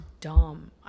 dumb